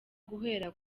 guhera